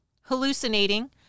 hallucinating